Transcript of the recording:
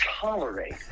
tolerate